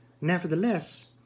Nevertheless